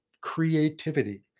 creativity